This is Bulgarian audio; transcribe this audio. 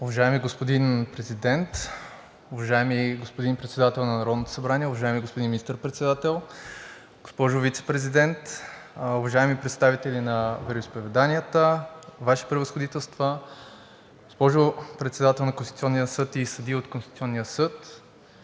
Уважаеми господин Президент, уважаеми господин Председател на Народното събрание, уважаеми господин Министър-председател, госпожо Вицепрезидент, уважаеми представители на вероизповеданията, Ваши Превъзходителства, госпожо Председател на Конституционния съд и съдии от Конституционния съд,